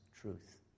truth